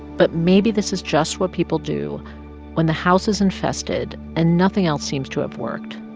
but maybe this is just what people do when the house is infested and nothing else seems to have worked.